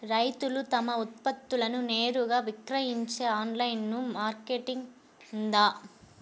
రైతులు తమ ఉత్పత్తులను నేరుగా విక్రయించే ఆన్లైను మార్కెట్ ఉందా?